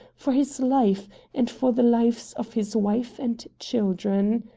for his life and for the lives of his wife and children.